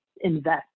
invest